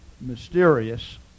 mysterious